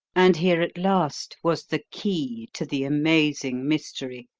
and here at last was the key to the amazing mystery!